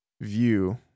view